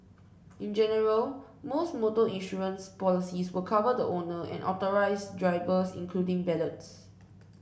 in general most motor insurance policies will cover the owner and authorised drivers including valets